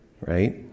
right